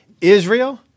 Israel